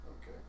Okay